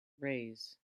reyes